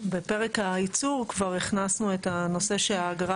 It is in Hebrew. בפרק הייצור כבר הכנסנו את הנושא שהאגרה